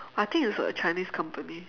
I think it's a chinese company